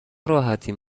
راحتین